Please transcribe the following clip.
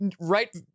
right